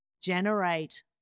generate